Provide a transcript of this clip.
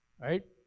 right